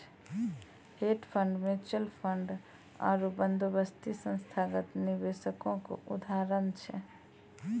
hedge fund, mutual fund आरु बंदोबस्ती संस्थागत निवेशको के उदाहरण छै